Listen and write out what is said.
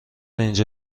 اینجا